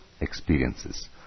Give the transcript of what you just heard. experiences